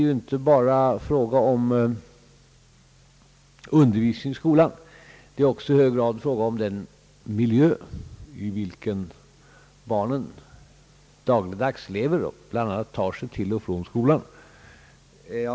Det är inte bara fråga om undervisning i skolan, utan också i hög grad om den miljö i vilken barnen dagligen lever, det sätt på vilket de tar sig till och från skolan osv.